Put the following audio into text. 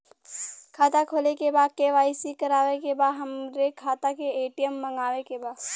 खाता खोले के बा के.वाइ.सी करावे के बा हमरे खाता के ए.टी.एम मगावे के बा?